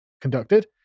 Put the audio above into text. conducted